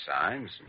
signs